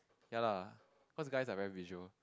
ya lah cause guys are very visual